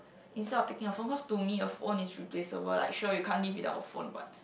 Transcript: instead of taking a phone cause to me a phone is replaceable like sure you can't live without a phone but